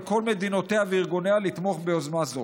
כל מדינותיה וארגוניה לתמוך ביוזמה זו.